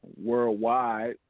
worldwide